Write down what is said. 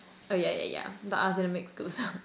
oh yeah yeah yeah but I was in a mixed school so